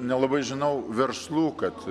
nelabai žinau verslų kad